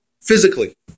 physically